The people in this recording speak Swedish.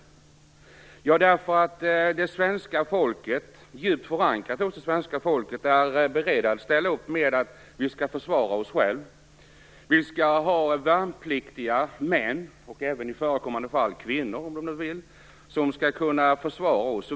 Jo, därför att det är djupt förankrat hos det svenska folket att vi skall vara beredda att ställa upp och försvara oss. Vi skall ha värnpliktiga män, och i förekommande fall även kvinnor om de så vill, som skall kunna försvara oss.